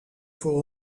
voor